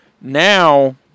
now